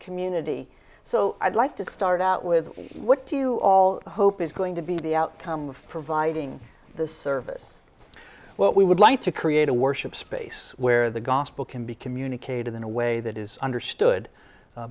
community so i'd like to start out with what do you all hope is going to be the outcome of providing the service what we would like to create a worship space where the gospel can be communicated in a way that is understood